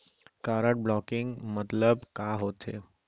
Card blocking मतलब का होथे?